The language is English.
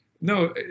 no